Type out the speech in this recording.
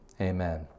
amen